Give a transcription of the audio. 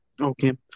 Okay